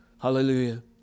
Hallelujah